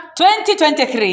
2023